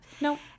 No